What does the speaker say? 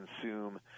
consume